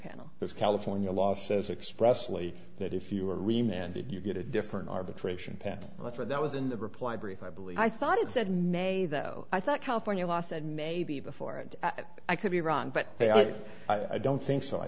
panel this california law says expressly that if you or we mandate you get a different arbitration panel letter that was in the reply brief i believe i thought it said nay though i thought california law said maybe before and i could be wrong but i don't think so i